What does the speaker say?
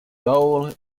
goal